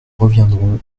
reviendrons